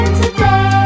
today